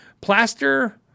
Plaster